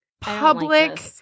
public